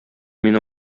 мине